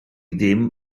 ddim